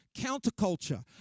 counterculture